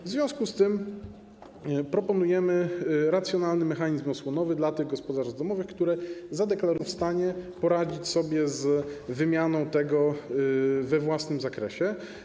W związku z tym proponujemy racjonalny mechanizm osłonowy dla tych gospodarstw domowych, które zadeklarują, że nie są w stanie poradzić sobie z wymianą we własnym zakresie.